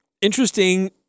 Interesting